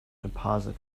deposit